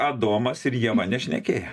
adomas ir ieva nešnekėjo